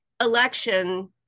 election